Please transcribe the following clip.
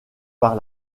par